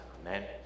Amen